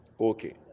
Okay